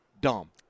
dumb